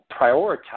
prioritize